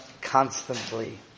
constantly